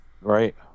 right